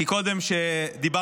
כי קודם כשדיברנו,